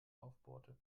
aufbohrte